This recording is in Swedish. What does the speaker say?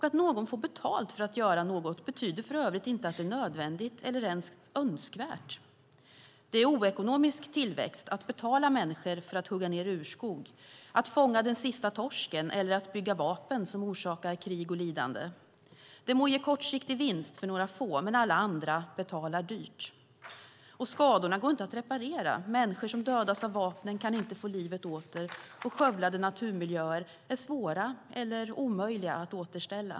Att någon får betalt för att göra något betyder för övrigt inte att det är nödvändigt eller ens önskvärt. Det är oekonomisk tillväxt att betala människor för att hugga ned urskog, att fånga den sista torsken eller att bygga vapen som orsakar krig och lidande. Det må ge kortsiktig vinst för några få, men alla andra betalar dyrt, och skadorna går inte att reparera. Människor som dödas av vapnen kan inte få livet åter, och skövlade naturmiljöer är svåra eller omöjliga att återställa.